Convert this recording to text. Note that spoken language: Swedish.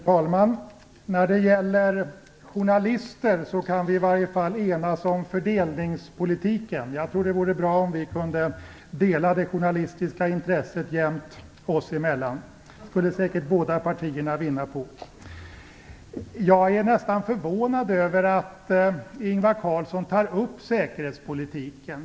Fru talman! När det gäller journalister kan vi i varje fall enas om fördelningspolitiken. Jag tror att det vore bra om vi kunde dela det journalistiska intresset jämnt oss emellan. Det skulle säkert båda partierna vinna på. Jag är nästan förvånad över att Ingvar Carlsson tar upp säkerhetspolitiken.